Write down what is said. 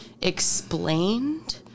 explained